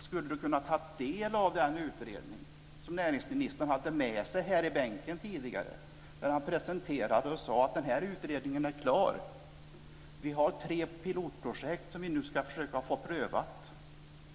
skulle t.ex. ha kunnat ta del av den utredning som näringsministern hade med sig här i bänken tidigare. Han presenterade den och sade att den utredningen var klar. Vi har tre pilotprojekt som vi ska försöka få prövade.